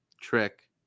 trick